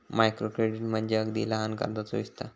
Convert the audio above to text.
micro credit म्हणजे अगदी लहान कर्जाचो विस्तार